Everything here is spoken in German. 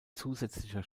zusätzlicher